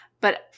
But-